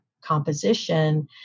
composition